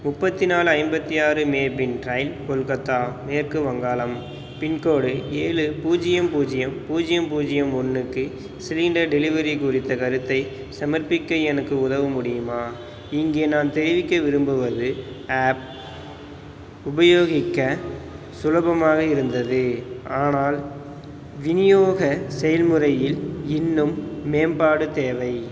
முப்பத்தி நாலு ஐம்பத்தி ஆறு மேபின் ட்ரைல் கொல்கத்தா மேற்கு வங்காளம் பின்கோடு ஏழு பூஜ்ஜியம் பூஜ்ஜியம் பூஜ்ஜியம் பூஜ்ஜியம் ஒன்றுக்கு சிலிண்டர் டெலிவரி குறித்த கருத்தை சமர்ப்பிக்க எனக்கு உதவ முடியுமா இங்கே நான் தெரிவிக்க விரும்புவது ஆப் உபயோகிக்க சுலபமாக இருந்தது ஆனால் விநியோக செயல்முறையில் இன்னும் மேம்பாடு தேவை